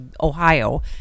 Ohio